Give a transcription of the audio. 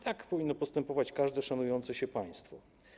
Tak powinno postępować każde szanujące się państwo.